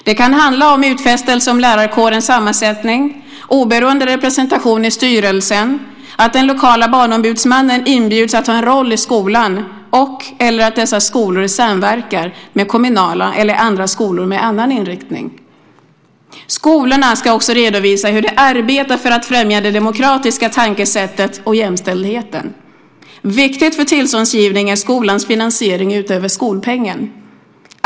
Det kan handla om utfästelser om lärarkårens sammansättning, oberoende representation i styrelsen, att den lokala barnombudsmannen inbjuds att ha en roll i skolan och att dessa skolor samverkar med kommunala eller andra skolor med annan inriktning. Skolorna ska också redovisa hur de arbetar för att främja det demokratiska tankesättet och jämställdheten. Viktigt för tillståndsgivning är skolans finansiering utöver skolpengen.